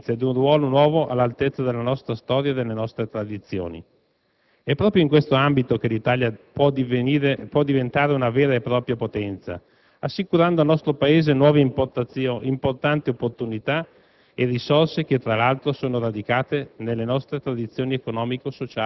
in modo tale da guadagnare in ambito internazionale una posizione di eccellenza e un ruolo nuovo all'altezza della nostra storia e delle nostre tradizioni. È proprio in questo ambito che l'Italia può diventare una vera e propria potenza, assicurando al nostro Paese nuove, importanti opportunità